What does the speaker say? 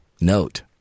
note